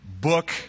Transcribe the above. book